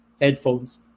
headphones